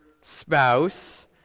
spouse